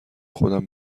خودم